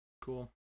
Cool